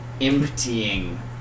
emptying